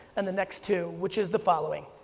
and the next two which is the following.